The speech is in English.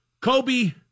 Kobe